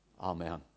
Amen